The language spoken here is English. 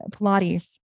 Pilates